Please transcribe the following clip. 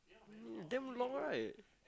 damn long right